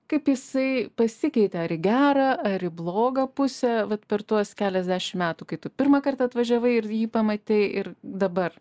kaip jisai pasikeitė ar į gerą ar į blogą pusę vat per tuos keliasdešimt metų kai tu pirmą kartą atvažiavai ir jį pamatei ir dabar